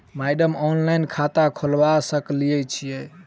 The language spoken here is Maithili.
मैडम ऑनलाइन खाता खोलबा सकलिये छीयै?